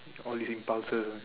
all this impulses ah